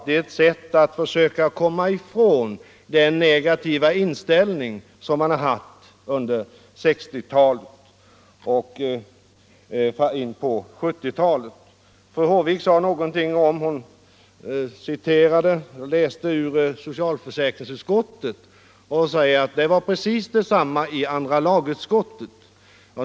Detta är bara ett sätt att försöka komma ifrån den negativa inställning som man har intagit under 1960-talet och ända in på 1970-talet. Fru Håvik läste ur socialförsäkringsutskottets betänkande och sade att det var precis detsamma som sades i andra lagutskottet.